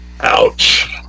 Ouch